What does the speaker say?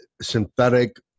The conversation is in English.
synthetic